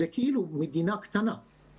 זה כאילו מדינה קטנה.